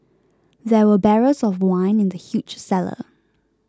there were barrels of wine in the huge cellar